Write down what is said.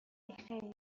بخیر